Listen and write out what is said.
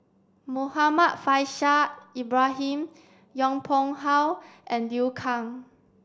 Muhammad Faishal Ibrahim Yong Pung How and Liu Kang